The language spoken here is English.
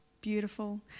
beautiful